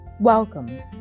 Welcome